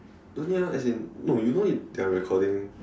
don't need ah no as in you know if they are recording